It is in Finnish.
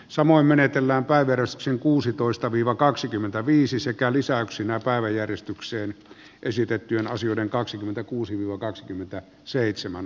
samoin menetellään päivi räsäsen kuusitoista viivakaksikymmentäviisi sekä lisäyksinä päiväjärjestykseen esitettyjen asioiden kaksikymmentäkuusi nro kaksikymmentä seitsemän